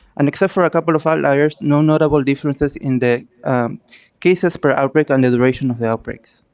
and except for a couple of outliers no notable differences in the cases per outbreak under duration of the outbreaks.